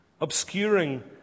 obscuring